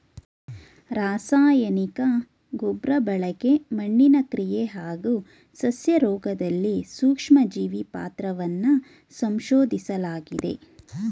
ರಾಸಾಯನಿಕ ಗೊಬ್ರಬಳಕೆ ಮಣ್ಣಿನ ಕ್ರಿಯೆ ಹಾಗೂ ಸಸ್ಯರೋಗ್ದಲ್ಲಿ ಸೂಕ್ಷ್ಮಜೀವಿ ಪಾತ್ರವನ್ನ ಸಂಶೋದಿಸ್ಲಾಗಿದೆ